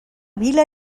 vila